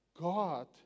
God